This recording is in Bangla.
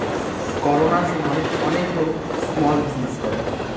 করোনার সময় অনেক লোক স্মল বিজনেস করে